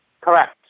Correct